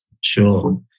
Sure